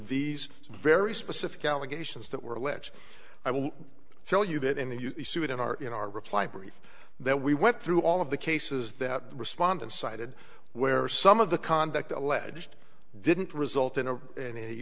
these very specific allegations that were alleged i will tell you that in the suit in our in our reply brief that we went through all of the cases that respondent cited where some of the conduct alleged didn't result in a in a